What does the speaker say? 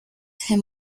him